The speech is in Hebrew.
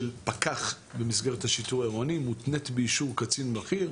פקח במסגרת השיטור העירוני מותנית באישור קצין בכיר.